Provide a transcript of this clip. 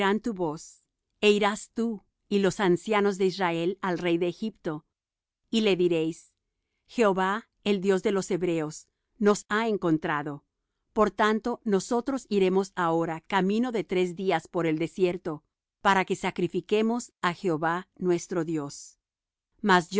tu voz é irás tú y los ancianos de israel al rey de egipto y le diréis jehová el dios de los hebreos nos ha encontrado por tanto nosotros iremos ahora camino de tres días por el desierto para que sacrifiquemos á jehová nuestro dios mas yo